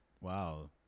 wow